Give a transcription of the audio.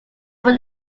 will